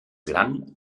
gran